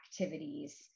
activities